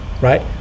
Right